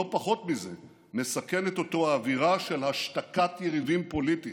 לא פחות מזה מסכנת אותו האווירה של השתקת יריבים פוליטיים,